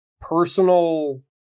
personal